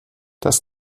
das